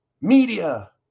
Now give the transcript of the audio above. media